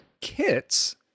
kits